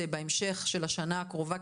אני חושבת שאנחנו יכולים לסכם בנקודה הזו כי